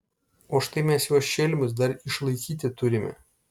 o štai mes juos šelmius dar išlaikyti turime